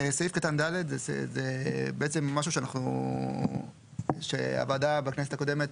סעיף קטן (ד) זה משהו שהוועדה בכנסת הקודמת